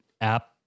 app